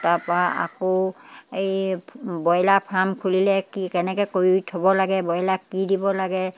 তাৰপৰা আকৌ এই ব্ৰইলাৰ ফাৰ্ম খুলিলে কি কেনেকৈ কৰি থ'ব লাগে ব্ৰইলাৰ কি দিব লাগে